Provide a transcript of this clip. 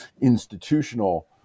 institutional